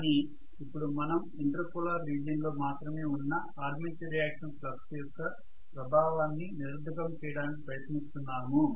కానీ ఇప్పుడు మనం ఇంటర్ పోలార్ రీజియన్ లో మాత్రమే ఉన్న ఆర్మేచర్ రియాక్షన్ ఫ్లక్స్ యొక్క ప్రభావాన్ని నిరర్థకం చేయడానికి ప్రయత్నిస్తున్నాము